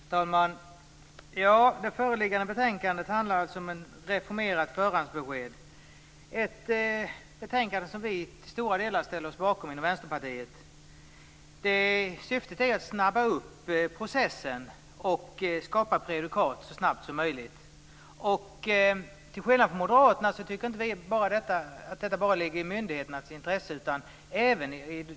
Herr talman! Det föreliggande betänkandet handlar om ett reformerat förhandsbesked. Det är ett betänkande som vi till stora delar ställer oss bakom inom Vänsterpartiet. Syftet är att snabba upp processen och skapa prejudikat så snabbt som möjligt. Till skillnad från Moderaterna tycker inte vi att detta bara ligger i myndigheternas intresse.